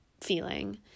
feeling